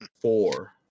four